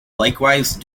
likewise